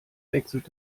wechselt